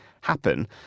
happen